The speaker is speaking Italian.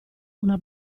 una